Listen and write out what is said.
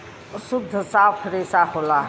सुद्ध साफ रेसा होला